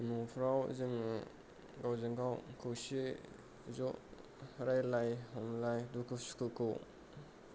न'फ्राव जोङो गावजोंगाव खौसेयै ज' रायलाय हमलाय दुखु सुखुखौ